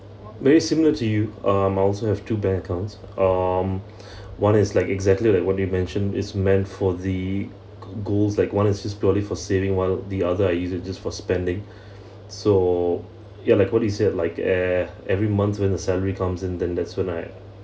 very similar to you um I also have two bank accounts um one is like exactly like what you've mentioned is meant for the goals like one is just purely for saving while the other I use it just for spending so ya like what he said like e~ every month when the salary comes in then that's when I